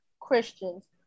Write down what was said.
Christians